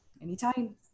Anytime